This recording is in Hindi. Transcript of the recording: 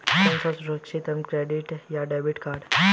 कौन सा सुरक्षित है क्रेडिट या डेबिट कार्ड?